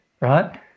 right